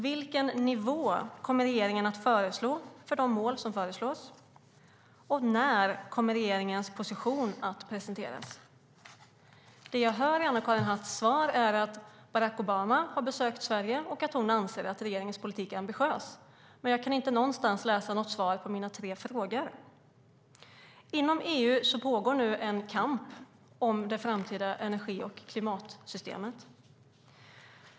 Vilken nivå kommer regeringen att föreslå för de mål som föreslås? När kommer regeringens position att presenteras? Det jag hör i Anna-Karin Hatts svar är att Barack Obama har besökt Sverige och att hon anser att regeringens politik är ambitiös. Men jag kan inte någonstans läsa något svar på mina tre frågor. Inom EU pågår nu en kamp om det framtida energi och klimatsystemet.